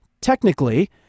technically